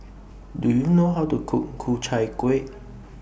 Do YOU know How to Cook Ku Chai Kueh